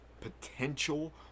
Potential